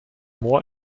more